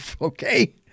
Okay